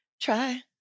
try